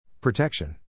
Protection